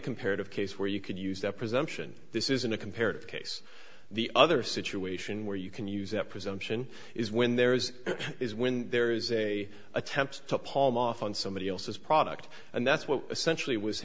comparative case where you could use that presumption this is in a comparative case the other situation where you can use that presumption is when there is is when there is a attempt to palm off on somebody else's product and that's what essentially was